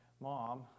mom